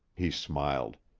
he smiled,